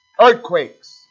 earthquakes